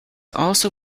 also